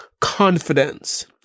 confidence